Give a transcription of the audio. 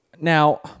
Now